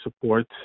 support